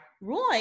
Roy